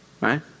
Right